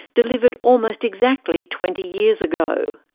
delivered almost exactly twenty years ago.